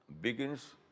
begins